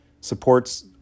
supports